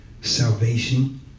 salvation